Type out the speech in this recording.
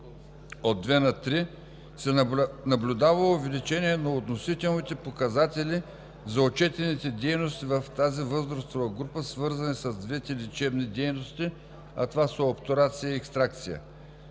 от две на три, се наблюдава увеличение на относителните показатели за отчетените дейности в тази възрастова група, свързани с двете лечебни дейности, а това са обтурация и екстракция.